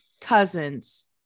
cousins